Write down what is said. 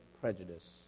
prejudice